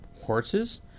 horses